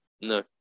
no